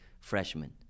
freshmen